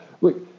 look